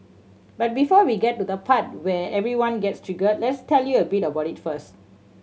but before we get to the part where everyone gets triggered let's tell you a bit about it first